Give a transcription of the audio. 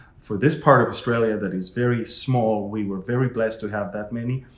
for this part of australia that is very small. we were very blessed to have that many,